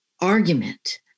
argument